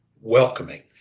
welcoming